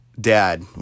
dad